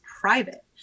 private